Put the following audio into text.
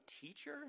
teacher